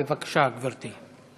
בבקשה, גברתי.